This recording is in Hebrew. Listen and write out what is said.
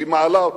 היא מעלה אותן.